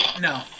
No